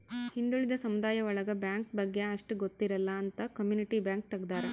ಹಿಂದುಳಿದ ಸಮುದಾಯ ಒಳಗ ಬ್ಯಾಂಕ್ ಬಗ್ಗೆ ಅಷ್ಟ್ ಗೊತ್ತಿರಲ್ಲ ಅಂತ ಕಮ್ಯುನಿಟಿ ಬ್ಯಾಂಕ್ ತಗ್ದಾರ